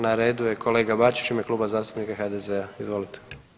Na redu je kolega Bačić u ime Kluba zastupnika HDZ-a. izvolite.